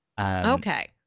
Okay